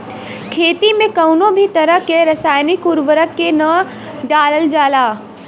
खेती में कउनो भी तरह के रासायनिक उर्वरक के ना डालल जाला